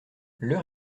leur